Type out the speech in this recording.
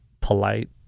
polite